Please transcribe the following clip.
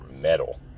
metal